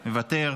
מוותר,